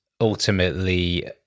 ultimately